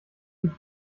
sich